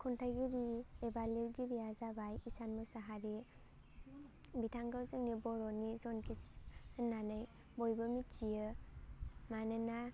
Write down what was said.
खन्थाइगिरि एबा लिरगिरिया जाबाय इसान मोसाहारी बिथांखौ जोंनि बर'नि जन किट्स होननानै बयबो मिथियो मानोना